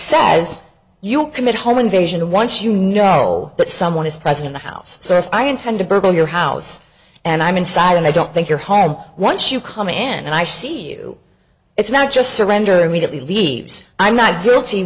as you commit home invasion once you know that someone is present in the house so if i intend to burgle your house and i'm inside and i don't think your home once you come in and i see you it's not just surrender immediately leaves i'm not guilty